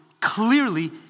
clearly